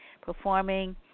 performing